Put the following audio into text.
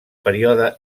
període